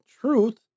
truth